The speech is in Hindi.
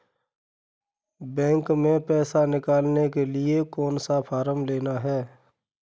बैंक में पैसा निकालने के लिए कौन सा फॉर्म लेना है?